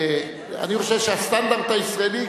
אני חושב שהסטנדרט הישראלי,